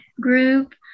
Group